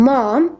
Mom